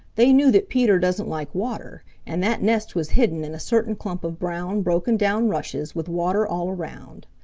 they knew that peter doesn't like water, and that nest was hidden in a certain clump of brown, broken-down rushes, with water all around.